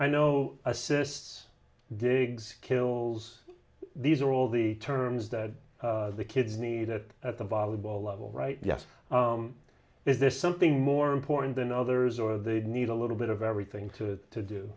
i know assists gig skills these are all the terms that the kids need it at the volleyball level right yes is there something more important than others or they need a little bit of everything to to do